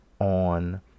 on